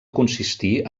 consistir